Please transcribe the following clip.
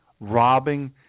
robbing